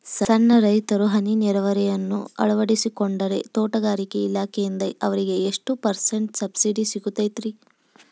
ಸಣ್ಣ ರೈತರು ಹನಿ ನೇರಾವರಿಯನ್ನ ಅಳವಡಿಸಿಕೊಂಡರೆ ತೋಟಗಾರಿಕೆ ಇಲಾಖೆಯಿಂದ ಅವರಿಗೆ ಎಷ್ಟು ಪರ್ಸೆಂಟ್ ಸಬ್ಸಿಡಿ ಸಿಗುತ್ತೈತರೇ?